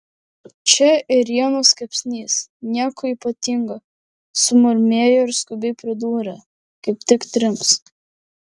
čia ėrienos kepsnys nieko ypatinga sumurmėjo ir skubiai pridūrė kaip tik trims